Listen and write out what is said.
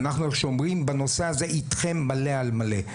ואנחנו, איך שאומרים, בנושא הזה איתכם מלא על מלא.